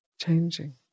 changing